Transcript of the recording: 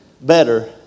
better